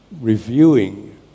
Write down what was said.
reviewing